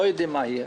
לא יודעים מה יהיה,